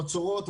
בצורות,